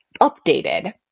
updated